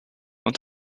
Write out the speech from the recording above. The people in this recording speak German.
und